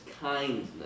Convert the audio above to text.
kindness